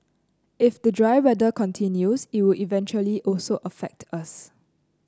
if the dry weather continues it will eventually also affect us